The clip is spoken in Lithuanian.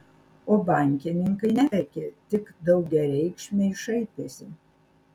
o bankininkai neverkė tik daugiareikšmiai šaipėsi